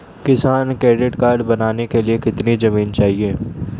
किसान credit card बनाने के लिए कितनी जमीन चाहिए?